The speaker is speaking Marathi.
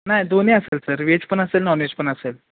नाही दोन्ही असेल सर वेज पण असेल नॉन वेज पण असेल